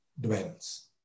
dwells